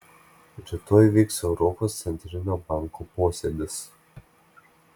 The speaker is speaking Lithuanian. rytoj vyks europos centrinio banko posėdis